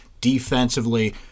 defensively